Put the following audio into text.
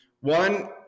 One